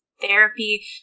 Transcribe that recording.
therapy